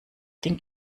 ding